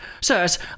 sirs